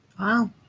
Wow